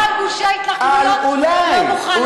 גם על גושי ההתנחלויות לא מוכן לוותר.